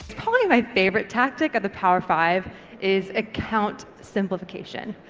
probably my favourite tactic of the power five is account simplification.